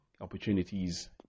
opportunities